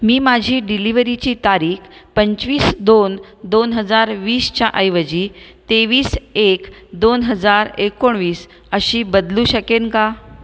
मी माझी डिलिव्हरीची तारीख पंचवीस दोन दोन हजार वीस च्या ऐवजी तेवीस एक दोन हजार एकोणवीस अशी बदलू शकेन का